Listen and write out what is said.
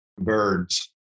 birds